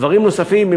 דברים נוספים,